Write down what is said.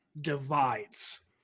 divides